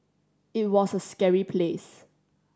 it was a scary place